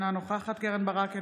אינו נוכח קרן ברק,